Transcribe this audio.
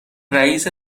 رئیس